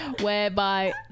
whereby